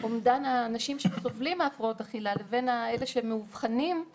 אומדן האנשים שסובלים מהפרעות אכילה לבין אלה שמאובחנים,